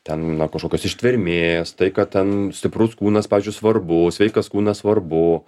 ten na kažkokios ištvermės tai kad ten stiprus kūnas pavyzdžiui svarbu sveikas kūnas svarbu